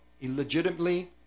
illegitimately